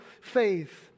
faith